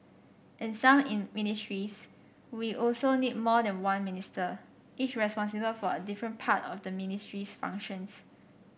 in some in ministries we also need more than one minister each responsible for a different part of the ministry's functions